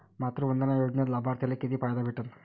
मातृवंदना योजनेत लाभार्थ्याले किती फायदा भेटन?